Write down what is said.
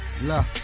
Look